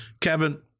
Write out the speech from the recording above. Kevin